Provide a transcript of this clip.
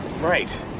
right